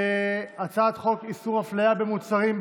הצעת חוק איסור הפליה במוצרים,